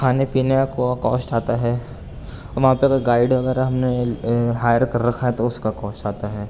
کھانےپینے کا کو کوسٹ آتا ہے وہاں پہ اگر گائڈ وغیرہ ہم نے یہ ہائر کر رکھا ہے تو اس کا کوسٹ آتا ہے